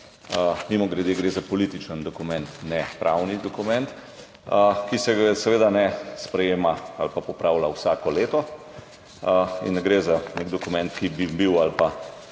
Mimogrede, gre za političen dokument, ne pravni dokument, ki se ga seveda ne sprejema ali pa popravlja vsako leto. In ne gre za nek dokument, podvržen nekim